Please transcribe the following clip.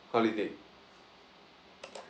holiday